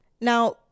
Now